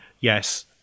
yes